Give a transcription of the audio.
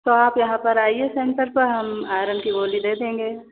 तो आप यहाँ पर आइए सेंटर पर हम आयरन की गोली दे देंगे